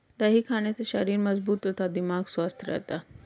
दही खाने से शरीर मजबूत तथा दिमाग स्वस्थ रहता है